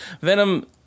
Venom